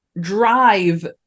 drive